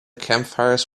campfires